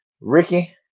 Ricky